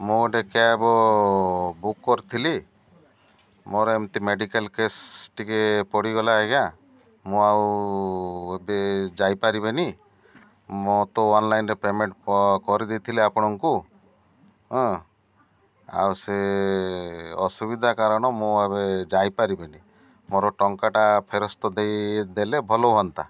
ମୁଁ ଗୋଟେ cab book କରିଥିଲି ମୋର ଏମିତି ମେଡ଼ିକାଲ କେସ୍ ଟିକେ ପଡ଼ିଗଲା ଆଜ୍ଞା ମୁଁ ଆଉ ଏବେ ଯାଇପାରିବିନି ମଁ ତ ଅନଲାଇନ୍ରେ ପେମେଣ୍ଟ କରିଦେଇଥିଲି ଆପଣଙ୍କୁ ଆଉ ସେ ଅସୁବିଧା କାରଣ ମୁଁ ଏବେ ଯାଇପାରିବିନି ମୋର ଟଙ୍କାଟା ଫେରସ୍ତ ଦେଇ ଦେଲେ ଭଲ ହୁଅନ୍ତା